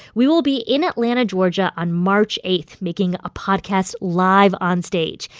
we will be in atlanta, ga, on march eight making a podcast live onstage.